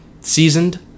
seasoned